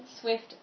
Swift